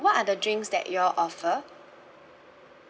what are the drinks that you all offer